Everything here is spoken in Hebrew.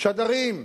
שדרים,